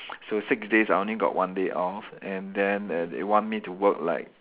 so six days I only got one day off and then they they want me to work like